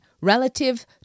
relative